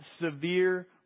severe